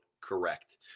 Correct